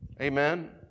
Amen